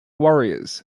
warriors